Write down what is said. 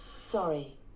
Sorry